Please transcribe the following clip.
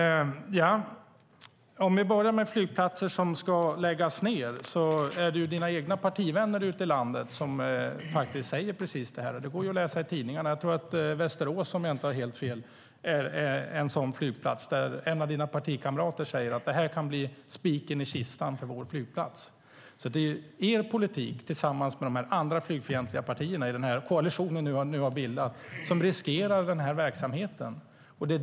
Fru talman! Om vi börjar med frågan om flygplatser som ska läggas ned är det dina egna partivänner ute i landet som säger precis det. Det går att läsa i tidningarna. Om jag inte har helt fel är flygplatsen i Västerås en sådan flygplats. Där säger en av dina partikamrater: Det kan bli spiken i kistan för vår flygplats. Er politik tillsammans med de andra flygfientliga partierna i den koalition ni nu har bildat riskerar den verksamheten.